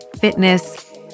fitness